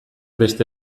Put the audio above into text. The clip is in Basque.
beste